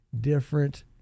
different